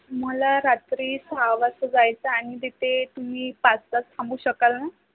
मला रात्री सहा वाजता जायचं आणि तिथे तुम्ही पाच तास थांबू शकाल ना